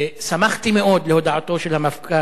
שמחתי מאוד על הודעתו של המפכ"ל,